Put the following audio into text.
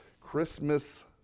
Christmas